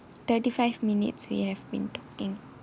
thirty five minutes we have been talking